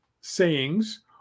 sayings